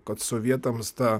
kad sovietams ta